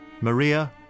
Maria